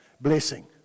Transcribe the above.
blessing